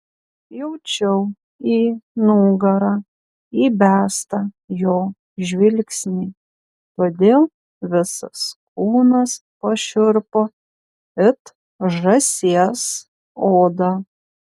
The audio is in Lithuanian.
jaučiau į nugarą įbestą jo žvilgsnį todėl visas kūnas pašiurpo it žąsies oda